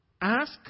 Ask